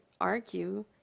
argue